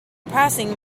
passing